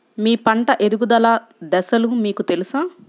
మీ పంట ఎదుగుదల దశలు మీకు తెలుసా?